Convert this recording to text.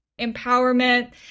empowerment